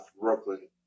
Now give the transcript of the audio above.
Brooklyn